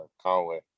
Conway